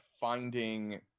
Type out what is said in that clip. finding –